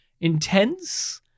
Intense